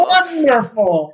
Wonderful